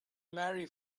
marry